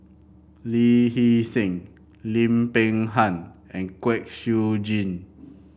Lee Hee Seng Lim Peng Han and Kwek Siew Jin